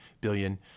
billion